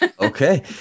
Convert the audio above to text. Okay